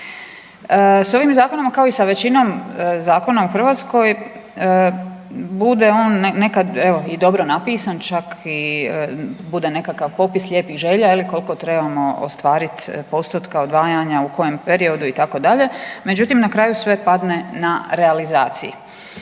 S ovim zakonom kao i sa većinom zakona u Hrvatskoj bude on nekada evo i dobro napisan, čak i bude nekakav popis lijepih želja koliko trebamo ostvariti postotka odvajanja, u kojem periodu itd. Međutim, na kraju sve padne na realizaciji.